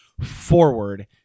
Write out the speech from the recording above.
forward